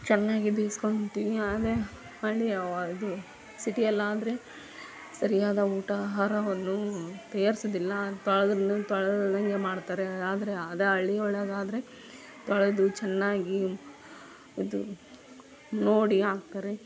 ಚೆನ್ನಾಗಿ ಬೇಸ್ಕೊಳ್ತೀನಿ ಆಮೆ ಹಳ್ಳಿಯವ ಇದು ಸಿಟಿಯಲ್ಲಿ ಆದರೆ ಸರಿಯಾದ ಊಟ ಆಹಾರವನ್ನೂ ತಯಾರ್ಸೋದಿಲ್ಲ ತೊಳೆದ್ರೂ ತೊಳೆದಂತೆ ಮಾಡ್ತಾರೆ ಆದರೆ ಅದು ಹಳ್ಳಿ ಒಳಗಾದರೆ ತೊಳೆದು ಚೆನ್ನಾಗಿ ಇದು ನೋಡಿ ಹಾಕ್ತಾರೆ